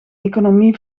economie